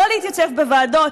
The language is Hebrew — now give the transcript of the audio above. לא להתייצב בוועדות,